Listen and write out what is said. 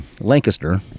Lancaster